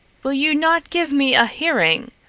will you not give me a hearing?